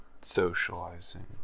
socializing